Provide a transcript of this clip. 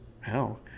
hell